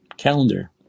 calendar